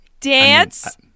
dance